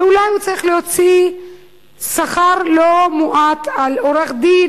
ואולי הוא צריך להוציא שכר לא מועט על עורך-דין,